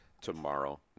tomorrow